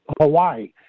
Hawaii